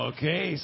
Okay